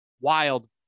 wild